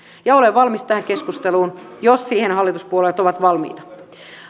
olen valmis tähän keskusteluun jos siihen hallituspuolueet ovat valmiita